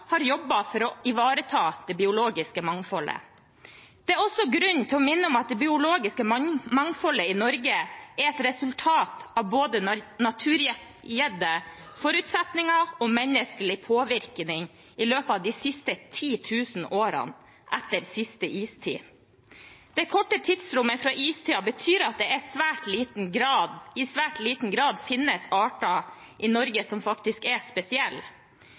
har jobbet systematisk for å ivareta det biologiske mangfoldet. Det er også grunn til å minne om at det biologiske mangfoldet i Norge er et resultat av både naturgitte forutsetninger og menneskelig påvirkning i løpet av de siste 10 000 årene etter siste istid. Det korte tidsrommet fra istiden betyr at det i svært i liten grad finnes arter i Norge som faktisk er spesielle.